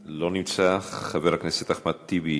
חבר הכנסת מנואל טרכטנברג,